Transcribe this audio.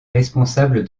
responsable